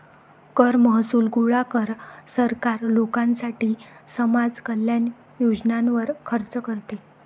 कर महसूल गोळा कर, सरकार लोकांसाठी समाज कल्याण योजनांवर खर्च करते